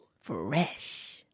Fresh